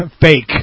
fake